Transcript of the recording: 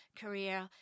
career